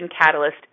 catalyst